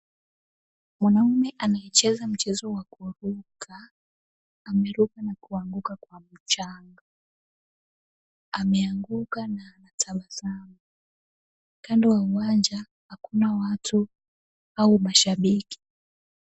Mwanaume anayecheza mchezo wa kuanguka ameruka na kuanguka kwa mchanga. Ameanguka na kutabasamu. Kando wa uwanja hakuna watu au mashabiki.